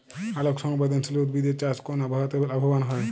আলোক সংবেদশীল উদ্ভিদ এর চাষ কোন আবহাওয়াতে লাভবান হয়?